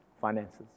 Finances